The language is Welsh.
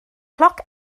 cloc